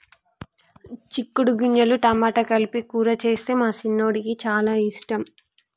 చిక్కుడు గింజలు టమాటా కలిపి కూర చేస్తే మా చిన్నోడికి చాల ఇష్టం